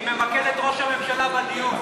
אני ממקד את ראש הממשלה בדיון.